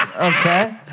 okay